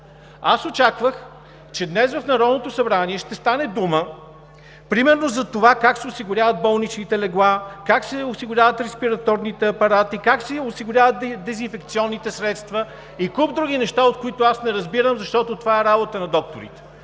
Аз очаквах, че днес в Народното събрание ще стане дума примерно за това как се осигуряват болничните легла, как се осигуряват респираторните апарати, как се осигуряват дезинфекционните средства и куп други неща, от които аз не разбирам, защото това е работа на докторите